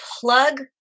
plug